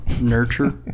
nurture